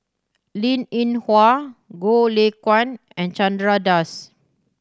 Linn In Hua Goh Lay Kuan and Chandra Das